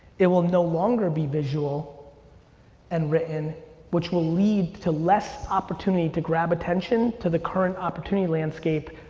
it will no longer be visual and written which will lead to less opportunity to grab attention to the current opportunity landscape,